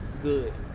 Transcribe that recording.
good.